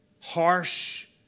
harsh